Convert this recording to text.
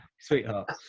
sweetheart